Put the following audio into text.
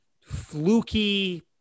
fluky